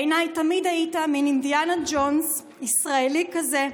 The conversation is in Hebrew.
בעיניי תמיד היית מין אינדיאנה ג'ונס ישראלי כזה,